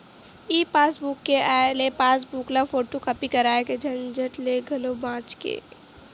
ई passbook के आए ले पासबूक ल फोटूकापी कराए के झंझट ले घलो बाच गे